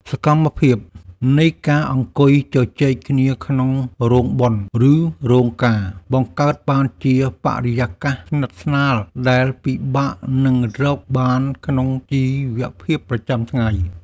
សកម្មភាពនៃការអង្គុយជជែកគ្នាក្នុងរោងបុណ្យ ឬរោងការ បង្កើតបានជាបរិយាកាសស្និទ្ធស្នាលដែលពិបាកនឹងរកបានក្នុងជីវភាពប្រចាំថ្ងៃ។